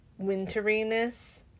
winteriness